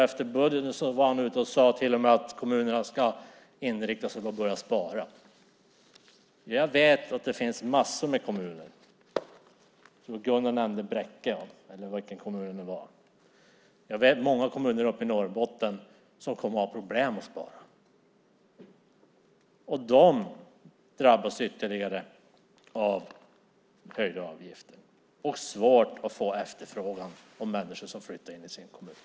Efter budgeten var han till och med ute och sade att kommunerna ska inrikta sig på att börja spara. Men jag vet att det finns massor med kommuner - Gunnar nämnde Bräcke - uppe i Norrbotten som kommer att ha problem med att spara. De drabbas ytterligare av höjda avgifter och får svårt att få efterfrågan från människor som vill flytta in hos dem.